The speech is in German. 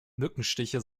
mückenstiche